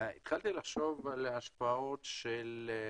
התחלתי לחשוב על ההשפעות של זה